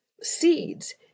seeds